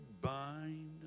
bind